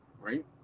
Right